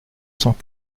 cent